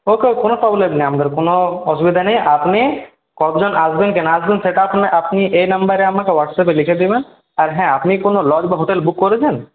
ওকে কোনো প্রবলেম নেই আমাদের কোনো অসুবিধা নেই আপনি কতজন আসবেন কি না আসবেন সেটা আপনি আপনি এ নম্বরে আমাকে হোয়াটসঅ্যাপে লিখে দেবেন আর হ্যাঁ আপনি কোনো লজ বা হোটেল বুক করেছেন